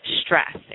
stress